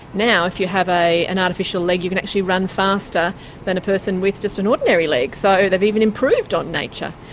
now if you have an artificial leg you can actually run faster than a person with just an ordinary leg. so they have even improved on nature.